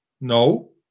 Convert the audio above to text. no